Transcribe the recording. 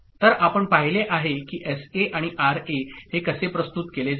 तर आपण पाहिले आहे की SA आणि RA हे कसे प्रस्तुत केले जाते